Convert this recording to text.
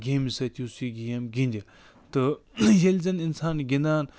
گیٚمہِ سۭتۍ یُس یہِ گیٚم گِنٛدِ تہٕ ییٚلہِ زن اِنسان گِنٛدان